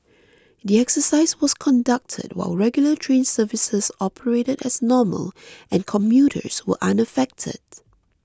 the exercise was conducted while regular train services operated as normal and commuters were unaffected